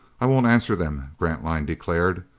i won't answer them, grantline declared.